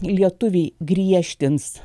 lietuviai griežtins